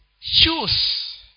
choose